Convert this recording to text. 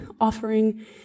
offering